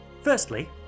firstly